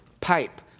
pipe